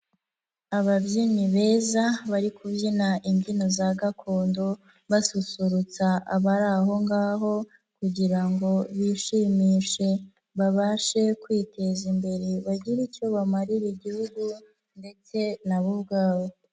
Ababyinnyi beza bari kubyina imbyino za gakondo basusurutsa abari aho ngaho kugira ngo bishimishe, babashe kwiteza imbere bagire icyo bamarira Igihugu ndetse na bo ubwabo.